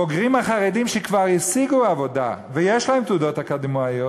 הבוגרים החרדים שכבר השיגו עבודה ויש להם תעודות אקדמיות,